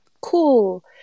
Cool